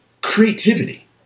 creativity